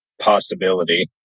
possibility